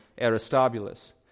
Aristobulus